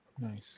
Nice